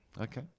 Okay